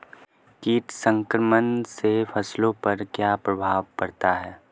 कीट संक्रमण से फसलों पर क्या प्रभाव पड़ता है?